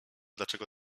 dlaczego